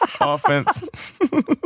Offense